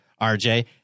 RJ